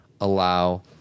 allow